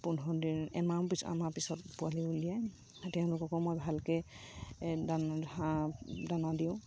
পোন্ধৰ দিন এমাহ পিছত আমাৰ পিছত পোৱালি উলিয়াই তেওঁলোককো মই ভালকৈ হাঁহ দানা দিওঁ